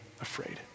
afraid